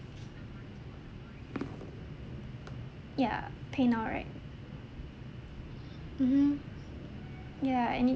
ya paynow right mmhmm ya and it's